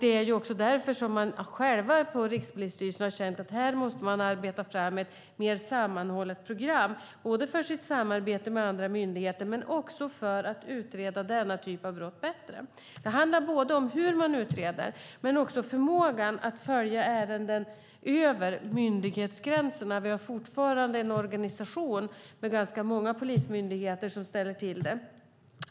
Det är också därför som man själv på Rikspolisstyrelsen har känt att man här måste arbeta fram ett mer sammanhållet program, både för sitt samarbete med andra myndigheter och för att utreda denna typ av brott bättre. Det handlar både om hur man utreder och om förmågan att följa ärenden över myndighetsgränserna. Vi har fortfarande en organisation med ganska många polismyndigheter, och det ställer till det.